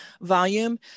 volume